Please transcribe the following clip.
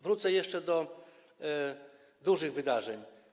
Wrócę jeszcze do dużych wydarzeń.